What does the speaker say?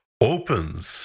opens